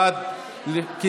1 לא הוגשו הסתייגויות,